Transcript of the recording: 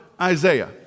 Isaiah